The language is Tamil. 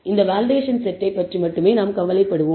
இந்த வேலிடேஷன் செட்டை பற்றி மட்டுமே நாம் கவலைப்படுவோம்